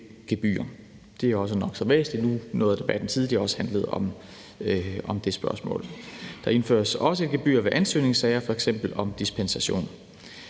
Det er nok så væsentligt, nu noget af debatten tidligere også handlede om det spørgsmål. Der indføres også gebyrer ved ansøgningssager, f.eks. om dispensation.